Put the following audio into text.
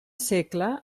segle